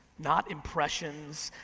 not impressions.